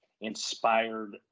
inspired